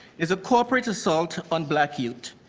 it's a corporate assault on black youth.